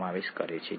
તે કેવી રીતે થાય છે